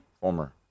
former